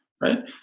Right